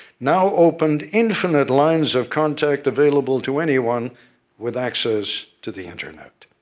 now opened infinite lines of contact available to anyone with access to the internet.